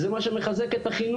זה מה שמחזק את החינוך,